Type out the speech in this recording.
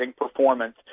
performance